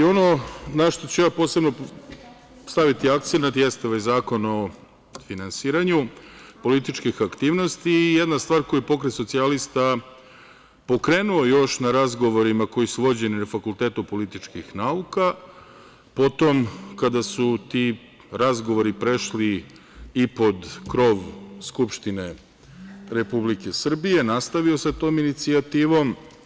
Ono na šta ću posebno staviti akcenat, to je Zakon o finansiranju političkih aktivnosti i jedna stvar koju je Pokret socijalista pokrenuo još na razgovorima koji su vođeni na Fakultetu političkih nauka, potom kada su ti razgovori prešli i pod krov Skupštine Republike Srbije, nastavio sa tom inicijativom.